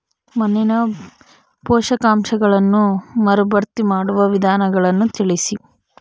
ಮಣ್ಣಿನ ಪೋಷಕಾಂಶಗಳನ್ನು ಮರುಭರ್ತಿ ಮಾಡುವ ವಿಧಾನಗಳನ್ನು ತಿಳಿಸಿ?